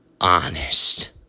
honest